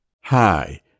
Hi